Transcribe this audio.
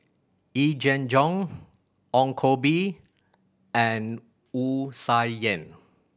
Yee Jenn Jong Ong Koh Bee and Wu Tsai Yen